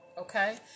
okay